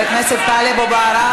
חבר הכנסת טלב אבו עראר,